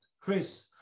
Chris